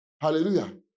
Hallelujah